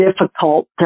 difficult